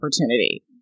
opportunity